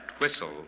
whistle